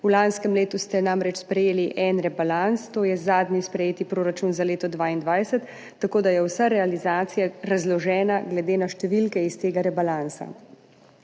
v lanskem letu ste namreč sprejeli en rebalans, to je zadnji sprejeti proračun za leto 2022, tako da je vsa realizacija razložena glede na številke iz tega rebalansa.